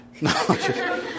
No